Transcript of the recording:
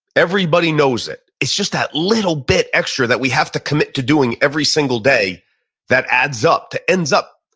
everybody knows it it's just that little bit extra that we have to commit to doing every single day that adds up, that ends up,